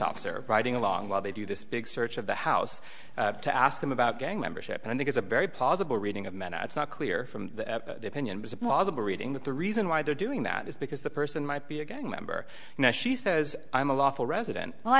officer riding along while they do this big search of the house to ask them about gang membership i think is a very plausible reading of men it's not clear from the opinion was a plausible reading that the reason why they're doing that is because the person might be a gang member now she says i'm a lawful resident